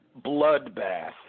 Bloodbath